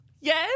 Yes